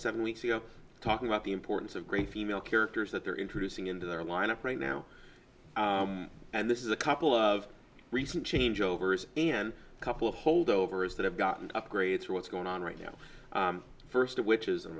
seven weeks ago talking about the importance of great female characters that they're introducing into their lineup right now and this is a couple of recent changeovers and couple of holdovers that have gotten upgrades to what's going on right now first of which is